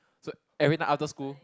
so everytime after school